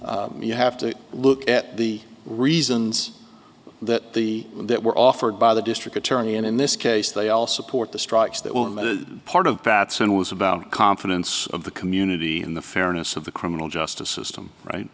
analysis you have to look at the reasons that the that were offered by the district attorney and in this case they all support the strikes that were in the part of batson was about confidence of the community in the fairness of the criminal justice system right